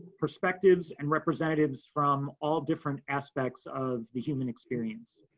perspectives and representatives from all different aspects of the human experience.